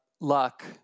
luck